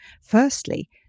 Firstly